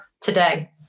today